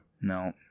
No